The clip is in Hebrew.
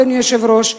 אדוני היושב-ראש,